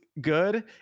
good